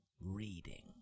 reading